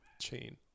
Chain